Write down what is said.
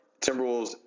Timberwolves